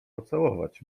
pocałować